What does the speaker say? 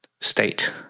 state